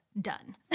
done